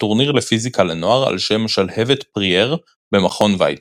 בטורניר לפיזיקה לנוער על שם שלהבת פריאר במכון ויצמן.